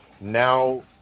now